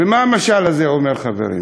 ומה המשל הזה אומר, חברים?